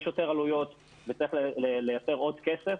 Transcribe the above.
יש יותר עלויות וצריך לייצר עוד כסף.